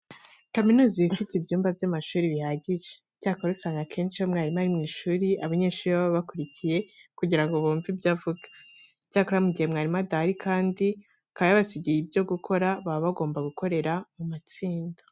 Kaminuza iba ifite ibyumba by'amashuri bihagije. Icyakora usanga akenshi iyo mwarimu ari mu ishuri abanyeshuri baba bakurikiye kugira ngo bumve ibyo avuga. Icyakora, mu gihe mwarimu adahari kandi akaba yabasigiye ibyo gukora, baba bagomba gukorera mu matsinda.